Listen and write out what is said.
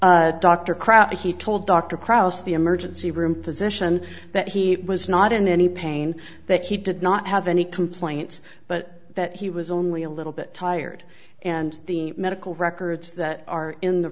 krop he told dr kraus the emergency room physician that he was not in any pain that he did not have any complaints but that he was only a little bit tired and the medical records that are in the